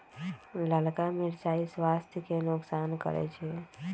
ललका मिरचाइ स्वास्थ्य के नोकसान करै छइ